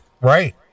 Right